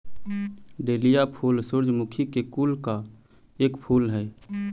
dahlia फूल सूर्यमुखी के कुल का एक फूल हई